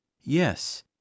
Yes